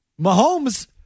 mahomes